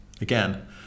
again